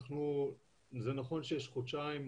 זה נכון שיש חודשיים,